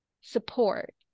support